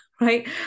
Right